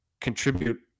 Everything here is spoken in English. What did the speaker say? contribute